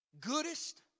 goodest